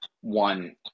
one